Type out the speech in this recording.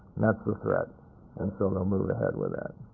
and that's the threat and so they'll move ahead with that.